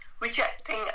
rejecting